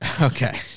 Okay